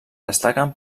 destaquen